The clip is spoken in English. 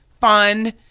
fun